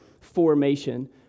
formation